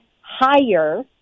higher